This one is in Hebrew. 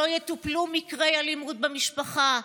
לא יטופלו מקרי אלימות במשפחה,